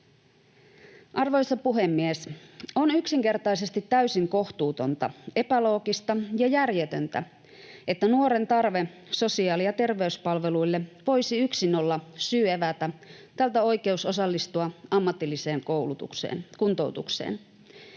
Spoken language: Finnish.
Arvoisa puhemies! On yksinkertaisesti täysin kohtuutonta, epäloogista ja järjetöntä, että nuoren tarve sosiaali- ja terveyspalveluille voisi yksin olla syy evätä tältä oikeus osallistua ammatilliseen kuntoutukseen.